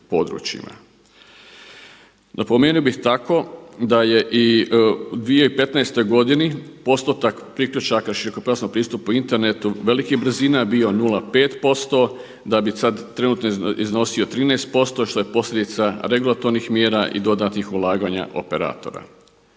Napomenuo bih tako da je i u 2015. godini postotak priključaka širokopojasnog pristupa internetu velikih brzina bio 0,5%, da bi sada trenutno iznosio 13% što je posljedica regulatornih mjera i dodatnih ulaganja operatora.